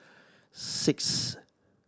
six